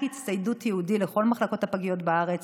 הצטיידות ייעודי לכל מחלקות הפגיות בארץ.